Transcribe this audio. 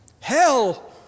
Hell